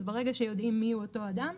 אז ברגע שיודעים מי הוא אותו אדם,